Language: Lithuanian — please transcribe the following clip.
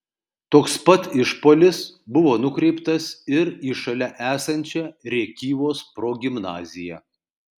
toks pat išpuolis buvo nukreiptas ir į šalia esančią rėkyvos progimnaziją